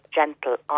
gentle